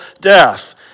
death